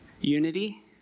unity